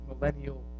millennial